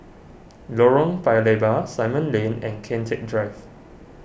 Lorong Paya Lebar Simon Lane and Kian Teck Drive